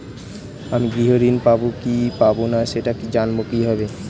আমি গৃহ ঋণ পাবো কি পাবো না সেটা জানবো কিভাবে?